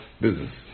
business